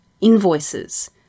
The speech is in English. invoices